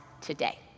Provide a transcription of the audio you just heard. today